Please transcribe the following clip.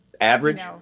Average